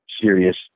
serious